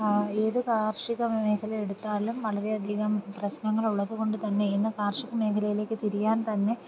ഏതു കാർഷിക മേഖല എടുത്താലും വളരെ അധികം പ്രശ്നങ്ങൾ ഉള്ളതുകൊണ്ടു തന്നെ ഇന്ന് കാർഷിക മേഖലയിലേക്ക് തിരിയാൻ തന്നെ